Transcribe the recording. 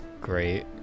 great